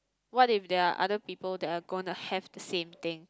what if there are other people that are gonna have the same thing